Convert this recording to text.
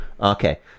Okay